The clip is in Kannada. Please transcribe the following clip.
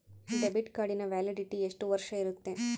ಡೆಬಿಟ್ ಕಾರ್ಡಿನ ವ್ಯಾಲಿಡಿಟಿ ಎಷ್ಟು ವರ್ಷ ಇರುತ್ತೆ?